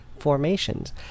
Formations